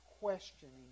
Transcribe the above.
questioning